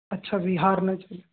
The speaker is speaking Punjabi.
ਅੱਛਾ ਵੀ ਹਾਰ ਨਾ